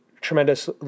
tremendous